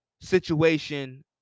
situation